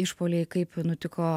išpuoliai kaip nutiko